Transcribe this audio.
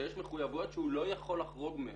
שיש מחויבויות שהוא לא יכול לחרוג מהן,